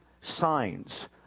signs